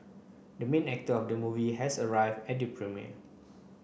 the main actor of the movie has arrive at the premiere